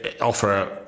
offer